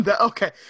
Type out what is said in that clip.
Okay